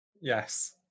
Yes